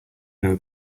know